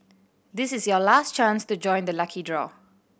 this is your last chance to join the lucky draw